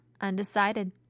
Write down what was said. Undecided